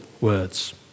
words